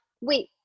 wait